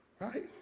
right